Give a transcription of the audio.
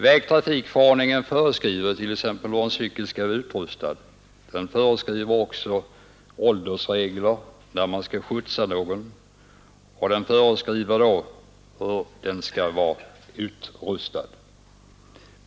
Vägtrafikförordningen föreskriver hur en cykel skall vara utrustad. Den stadgar också åldersregler för den som vill skjutsa någon och föreskriver hur fordonet i så fall skall vara utrustat.